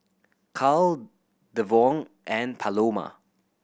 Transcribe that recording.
Carl Devaughn and Paloma